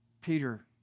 Peter